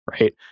right